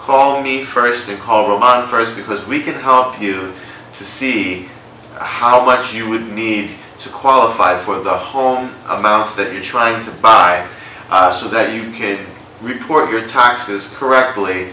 call me first and call them on first because we can help you to see how much you would need to qualify for the home amount that you're trying to buy so that you did report your taxes correctly